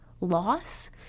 loss